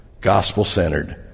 gospel-centered